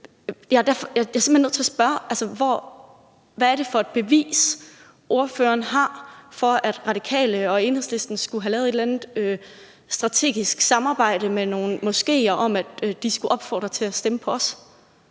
derfor simpelt hen nødt til at spørge: Hvad er det for et bevis, ordføreren har for, at Radikale og Enhedslisten skulle have lavet et eller andet strategisk samarbejde med nogle moskeer om, at de skulle opfordre til at stemme på os?